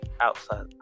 outside